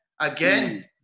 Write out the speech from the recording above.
again